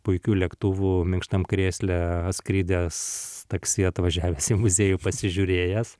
puikių lėktuvų minkštam krėsle atskridęs taksi atvažiavęs į muziejų pasižiūrėjęs